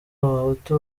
abahutu